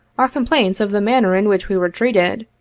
our complaints of the manner in which we were treated,